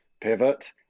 Pivot